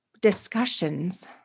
discussions